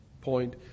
point